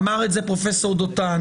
אמר את זה פרופסור דותן.